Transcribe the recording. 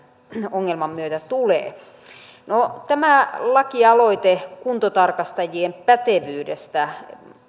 ongelman myötä tulee tämä lakialoite kuntotarkastajien pätevyydestä